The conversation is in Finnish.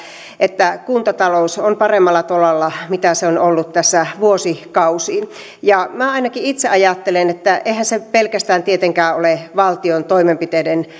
että kuntatalous on paremmalla tolalla kuin se on ollut vuosikausiin minä ainakin itse ajattelen että eihän se pelkästään tietenkään ole valtion toimenpiteiden